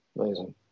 amazing